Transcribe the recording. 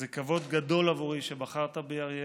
זה כבוד גדול עבורי שבחרת בי, אריאל.